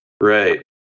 Right